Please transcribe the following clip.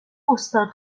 استان